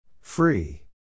Free